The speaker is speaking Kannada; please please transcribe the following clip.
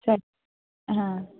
ಸರಿ ಹಾಂ